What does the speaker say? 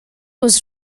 was